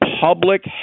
public